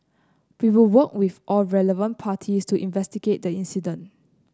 we will work with all relevant parties to investigate the incident